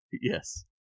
Yes